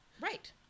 Right